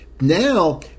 now